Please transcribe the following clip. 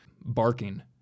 barking